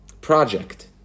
project